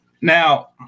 Now